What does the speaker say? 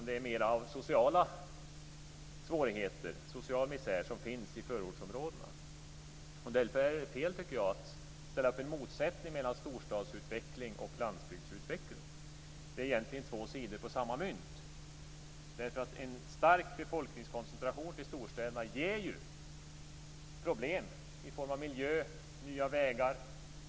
Det är mer av sociala svårigheter, social misär, som finns i förortsområdena. Det är fel, tycker jag, att ställa upp en motsättning mellan storstadsutveckling och landsbygdsutveckling. Det är egentligen två sidor av samma mynt. En stark befolkningskoncentration i storstäderna ger ju problem i miljön. Det behövs nya vägar.